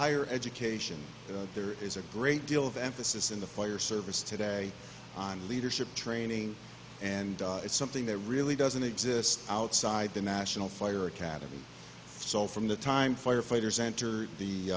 higher education there is a great deal of emphasis in the fire service today on leadership training and it's something that really doesn't exist outside the national fire academy from the time firefighters enter the